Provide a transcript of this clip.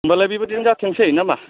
होनबालाय बेबादिनो जाथोंसै ना मा